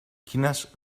quines